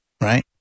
right